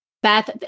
Beth